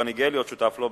ואני גאה להיות שותף לו,